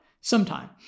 sometime